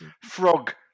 Frog